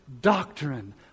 doctrine